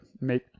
make